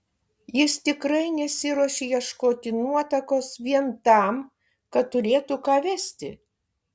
jis tikrai nesiruošė ieškoti nuotakos vien tam kad turėtų ką vesti